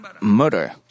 murder